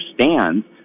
understands